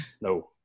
No